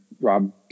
Rob